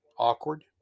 Awkward